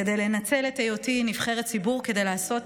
כדי לנצל את היותי נבחרת ציבור כדי לעשות